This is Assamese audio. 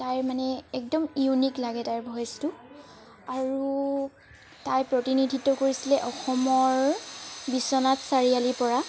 তাই মানে একদম ইউনিক লাগে তাইৰ ভইচটো আৰু তাই প্ৰতিনিধিত্ব কৰিছিলে অসমৰ বিশ্বনাথ চাৰিআলিৰপৰা